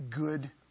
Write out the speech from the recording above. good